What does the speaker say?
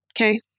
Okay